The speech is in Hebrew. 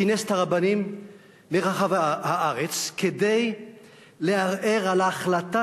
כינס את הרבנים מרחבי הארץ כדי לערער על ההחלטה